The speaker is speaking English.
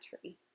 tree